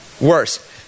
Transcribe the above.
Worse